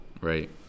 Right